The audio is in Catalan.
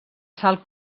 sal